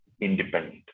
independent